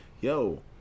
yo